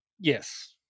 Yes